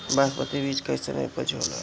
बासमती बीज कईसन उपज होला?